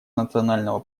национального